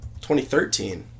2013